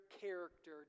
character